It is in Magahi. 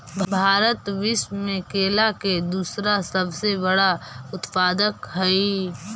भारत विश्व में केला के दूसरा सबसे बड़ा उत्पादक हई